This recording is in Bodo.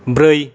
ब्रै